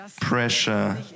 pressure